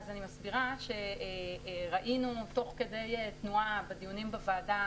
אני מסבירה שראינו תוך כדי תנועה בדיונים בוועדה